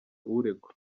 uregwa